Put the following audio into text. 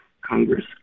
Congress